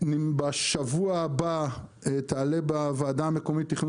בשבוע הבא תעלה בוועדה המקומית לתכנון